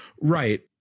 Right